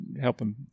helping